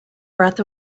breath